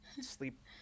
sleep